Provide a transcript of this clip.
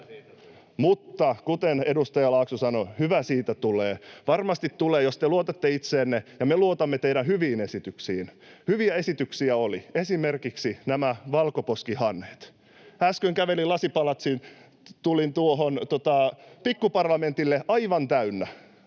Mutta kuten edustaja Laakso sanoi, hyvä siitä tulee. Varmasti tulee, jos te luotatte itseenne ja me luotamme teidän hyviin esityksiinne. — Hyviä esityksiä oli esimerkiksi nämä valkoposkihanhet. Äsken kävelin Lasipalatsiin, tulin tuohon Pikkuparlamentille — aivan täynnä,